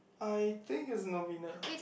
I think it's Novena